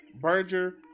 Berger